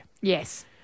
Yes